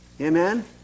amen